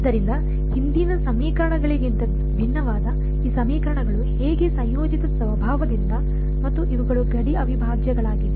ಆದ್ದರಿಂದ ಹಿಂದಿನ ಸಮೀಕರಣಗಳಿಗಿಂತ ಭಿನ್ನವಾದ ಈ ಸಮೀಕರಣಗಳು ಹೇಗೆ ಸಂಯೋಜಿತ ಸ್ವಭಾವದಿಂದಾಗಿ ಮತ್ತು ಇವುಗಳು ಗಡಿ ಅವಿಭಾಜ್ಯಗಳಾಗಿವೆ